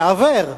יעוור,